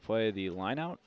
play the line out